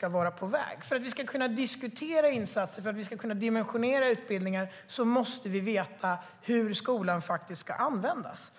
är på väg. För att vi ska kunna diskutera insatser och dimensionera utbildningar måste vi veta hur skolan faktiskt ska användas.